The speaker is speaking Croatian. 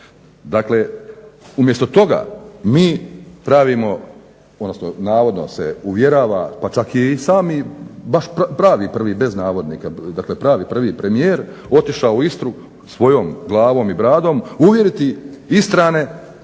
dakle umjesto toga mi pravimo odnosno navodno se uvjerava pa čak je i sami pravi prvi bez navodnika pravi prvi premijer otišao u Istru svojom glavom i bradom uvjeriti Istrane